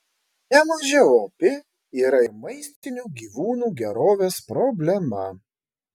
nemažiau opi yra ir maistinių gyvūnų gerovės problema